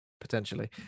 potentially